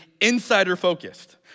insider-focused